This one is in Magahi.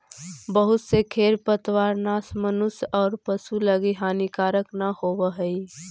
बहुत से खेर पतवारनाश मनुष्य औउर पशु लगी हानिकारक न होवऽ हई